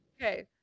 okay